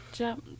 jump